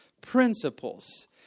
principles